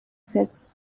sets